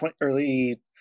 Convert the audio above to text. early